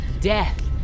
death